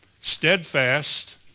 steadfast